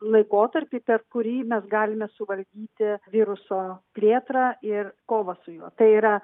laikotarpį per kurį mes galime suvaldyti viruso plėtrą ir kovą su juo tai yra